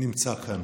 נמצא כאן.